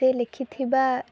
ସେ ଲେଖିଥିବା